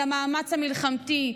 אל המאמץ המלחמתי,